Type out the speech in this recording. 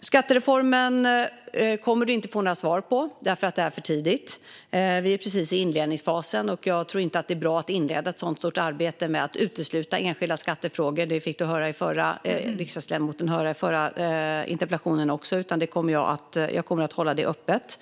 Skattereformen kommer du inte att få några svar om. Det är för tidigt. Vi är precis i inledningsfasen, och jag tror inte att det är bra att inleda ett så stort arbete med att utesluta enskilda skattefrågor. Det fick riksdagsledamoten höra även i den förra interpellationsdebatten. Jag kommer att hålla detta öppet.